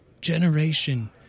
generation